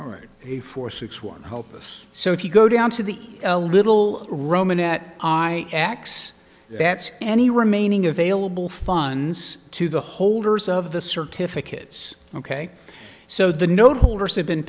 right he four six one hopeless so if you go down to the a little roman at i ax that's any remaining available funds to the holders of the certificates ok so the